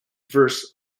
verse